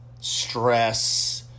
stress